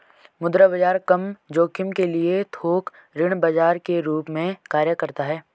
मुद्रा बाजार कम जोखिम के लिए थोक ऋण बाजार के रूप में कार्य करता हैं